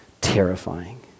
Terrifying